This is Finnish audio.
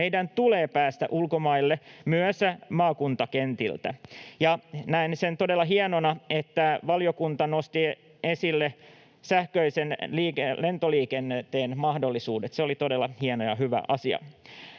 Meidän tulee päästä ulkomaille myös maakuntakentiltä. Ja näen sen todella hienona, että valiokunta nosti esille sähköisen lentoliikenteen mahdollisuudet. Se oli todella hieno ja hyvä asia.